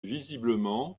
visiblement